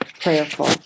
prayerful